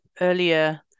earlier